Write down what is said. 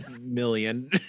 million